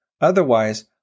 Otherwise